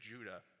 Judah